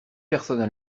personnes